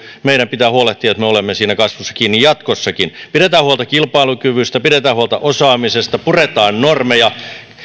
on meidän pitää huolehtia että me olemme siinä kasvussa kiinni jatkossakin pidetään huolta kilpailukyvystä pidetään huolta osaamisesta puretaan normeja